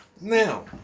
Now